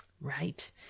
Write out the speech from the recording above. Right